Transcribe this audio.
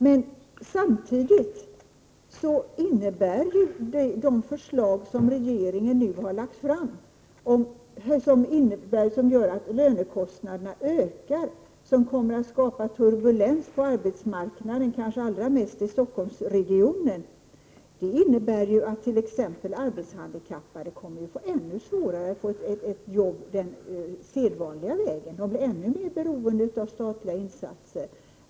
Men samtidigt innebär ju de förslag som regeringen nu har lagt fram och som gör att lönekostnaderna ökar och som kommer att skapa turbulens på arbetsmarknaden, kanske allra mest i Stockholmsregionen, att t.ex. de arbetshandikappade kommer att få ännu svårare att få jobb den sedvanliga vägen och bli ännu mer beroende av statliga insatser.